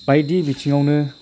बायदि बिथिंआवनो